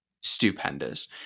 stupendous